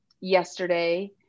yesterday